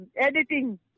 editing